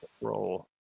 Roll